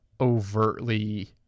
overtly